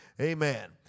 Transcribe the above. Amen